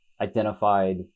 identified